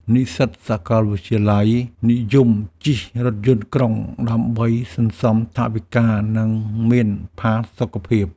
និស្សិតសាកលវិទ្យាល័យនិយមជិះរថយន្តក្រុងដើម្បីសន្សំថវិកា និងមានផាសុកភាព។